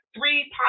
three